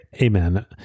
amen